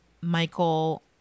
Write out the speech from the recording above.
Michael